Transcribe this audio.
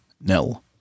nil